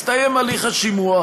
שיסתיים הליך השימוע.